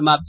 समाप्त